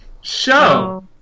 show